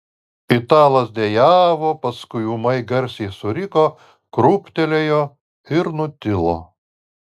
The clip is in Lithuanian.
italas dejavo paskui ūmai garsiai suriko krūptelėjo ir nutilo